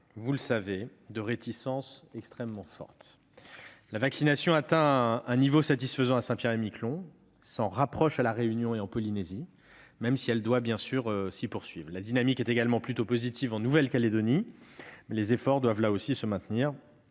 vous le savez, de réticences extrêmement fortes. La vaccination atteint un niveau satisfaisant à Saint-Pierre-et-Miquelon et s'en rapproche à la Réunion et en Polynésie, même si elle doit bien sûr être encore encouragée. La dynamique est également plutôt positive en Nouvelle-Calédonie, mais les efforts doivent se maintenir.